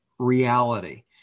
Reality